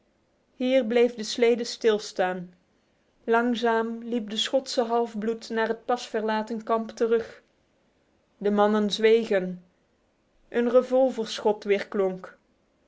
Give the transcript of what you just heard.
hier bleef de slede stilstaan langzaam liep de schotse halfbloed naar het pas verlaten kamp terug de mannen zwegen een revolverschot weerklonk